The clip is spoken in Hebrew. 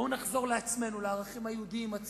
בואו נחזור לעצמנו, לערכים היהודיים, הציוניים,